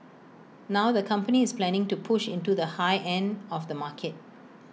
now the company is planning to push into the high end of the market